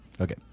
Okay